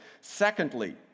Secondly